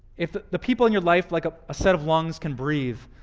if the people in your life, like a set of lungs, can breathe